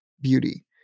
beauty